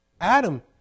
Adam